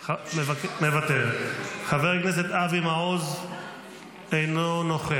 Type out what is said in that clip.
ספר --- בגלל זה מערכת החינוך שלך נראית כך.